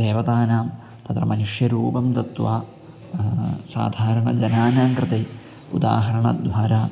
देवतानां तत्र मनुष्यरूपं दत्त्वा साधारणजनानां कृते उदाहरणद्वारा